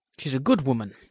she is a good woman.